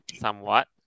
somewhat